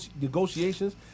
negotiations